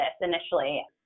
initially